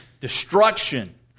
destruction